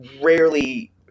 rarely